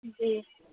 جی